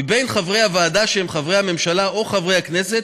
"מבין חברי הוועדה שהם חברי הממשלה או חברי הכנסת,